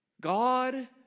God